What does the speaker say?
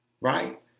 right